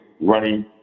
running